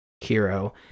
hero